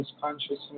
consciousness